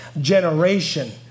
generation